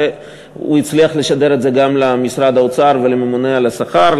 והוא הצליח לשדר את זה גם למשרד האוצר ולממונה על השכר.